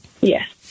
Yes